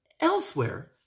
elsewhere